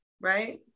right